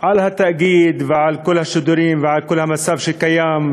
על התאגיד ועל כל השידורים ועל כל המצב שקיים,